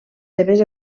seves